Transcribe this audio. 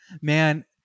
man